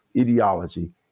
ideology